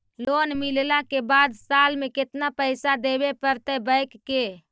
Loan मिलला के बाद साल में केतना पैसा देबे पड़तै बैक के?